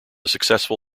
successful